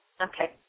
Okay